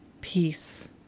peace